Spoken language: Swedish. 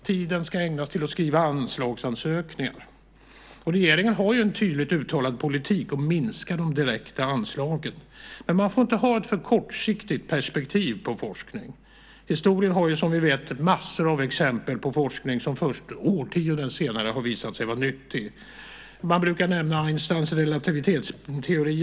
Tiden ska ägnas åt att skriva anslagsansökningar. Regeringen har en tydligt uttalad politik om att minska de direkta anslagen. Men man får inte ha ett alltför kortsiktigt perspektiv på forskning. Historien har, som vi vet, massor av exempel på forskning som först årtionden senare har visat sig vara nyttig. Man brukar nämna Einsteins relativitetsteori.